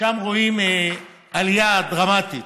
ששם רואים עלייה דרמטית